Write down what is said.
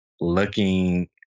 looking